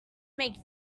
make